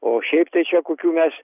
o šiaip tai čia kokių mes